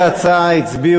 ההצעה להעביר